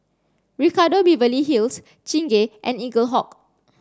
Ricardo Beverly Hills Chingay and Eaglehawk